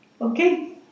Okay